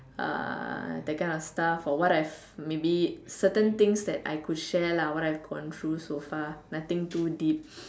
uh that kind of stuff or what I've maybe certain things that I could share lah what I've gone through so far nothing too deep